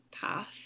path